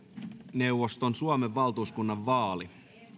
neuvoston suomen valtuuskunnan vaali